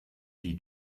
wie